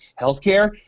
healthcare